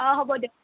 অঁ হ'ব দিয়ক